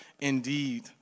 indeed